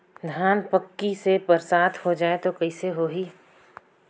धान पक्की से बरसात हो जाय तो कइसे हो ही?